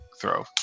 throw